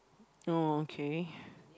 oh okay